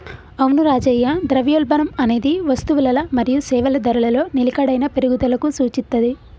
అవును రాజయ్య ద్రవ్యోల్బణం అనేది వస్తువులల మరియు సేవల ధరలలో నిలకడైన పెరుగుదలకు సూచిత్తది